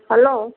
hello